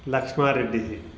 Lakshmanreddy